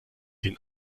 den